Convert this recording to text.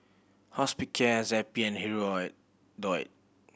Hospicare Zappy and Hirudoid